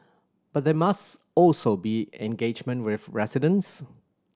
but there must also be engagement with residents